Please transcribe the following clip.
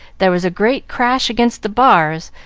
there was a great crash against the bars,